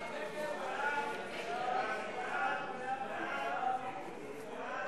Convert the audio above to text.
סעיף 4, כהצעת הוועדה ועם ההסתייגות